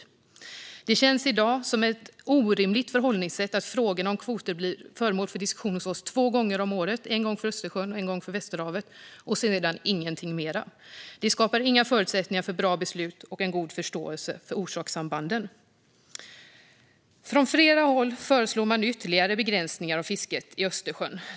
Det känns i dag som ett orimligt förhållningssätt att frågorna om kvoter blir föremål för diskussioner två gånger om året; en gång för Östersjön och en gång för Västerhavet. Sedan är det inget mer. Det skapar inga förutsättningar för bra beslut och ingen god förståelse för orsakssambanden. Från flera håll föreslår man ytterligare begränsningar av fisket i Östersjön.